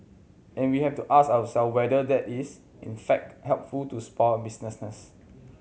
and we have to ask ourself whether that is in fact helpful to small businesses